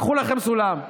קחו לכם סולם.